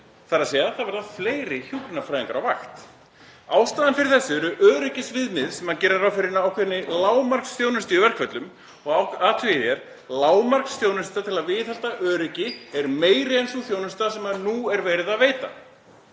eykst, þ.e. það verða fleiri hjúkrunarfræðingar á vakt. Ástæðan fyrir þessu eru öryggisviðmið sem gera ráð fyrir ákveðinni lágmarksþjónustu í verkföllum og athugið hér: Lágmarksþjónusta til að viðhalda öryggi er meiri en sú þjónusta sem nú er verið að veita.